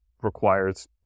requires